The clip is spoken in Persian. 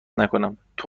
نکنم، تو